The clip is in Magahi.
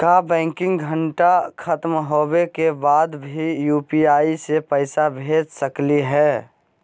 का बैंकिंग घंटा खत्म होवे के बाद भी यू.पी.आई से पैसा भेज सकली हे?